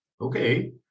Okay